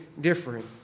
different